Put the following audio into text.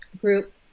group